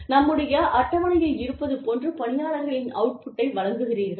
நம்முடைய அட்டவணையில் இருப்பது போன்று பணியாளர்களின் அவுட் புட்டை வழங்குகிறார்களா